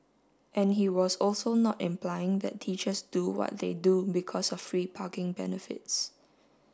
and he was also not implying that teachers do what they do because of free parking benefits